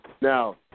Now